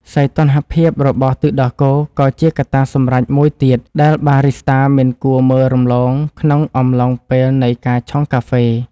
សីតុណ្ហភាពរបស់ទឹកដោះគោក៏ជាកត្តាសម្រេចមួយទៀតដែលបារីស្តាមិនគួរមើលរំលងក្នុងអំឡុងពេលនៃការឆុងកាហ្វេ។